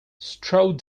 strode